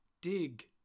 Dig